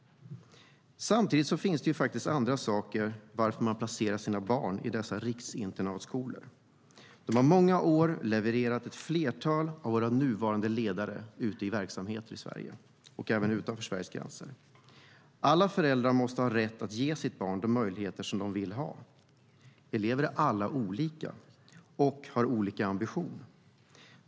Samtidigt finns det andra orsaker till att man placerar sina barn i dessa riksinternatskolor. De har under många år levererat ett flertal av våra nuvarande ledare ute i verksamhet i Sverige och även utanför Sveriges gränser. Alla föräldrar måste ha rätt att ge sitt barn de möjligheter som de vill ha. Elever är alla olika och har olika ambition.